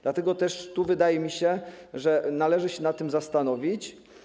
Dlatego też wydaje mi się, że należy się nad tym zastanowić.